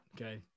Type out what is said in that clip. Okay